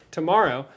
tomorrow